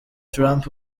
trump